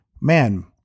man